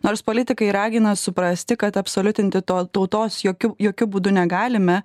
nors politikai ragina suprasti kad absoliutinti to tautos jokiu jokiu būdu negalime